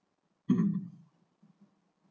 um